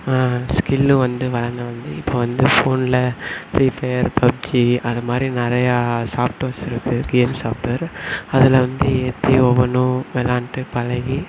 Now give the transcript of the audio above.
skill வந்து வளர்ந்து வந்து இப்போ வந்து ஃபோனில் ஃப்ரீ ஃபையர் பப்ஜி அது மாதிரி நிறையா சாப்ட்வேர்ஸ் இருக்குது கேம் சாப்ட்வேர் அதில் வந்து ஏற்றி ஒவ்வொன்றும் விளாண்ட்டு பழகி